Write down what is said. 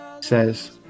Says